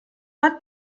hat